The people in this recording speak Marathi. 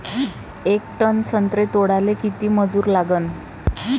येक टन संत्रे तोडाले किती मजूर लागन?